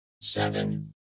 seven